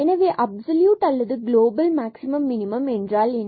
எனவே அப்சல்யூட் அல்லது global maximum minimum என்றால் என்ன